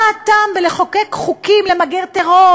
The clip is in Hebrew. מה הטעם בלחוקק חוקים למגר טרור,